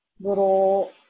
little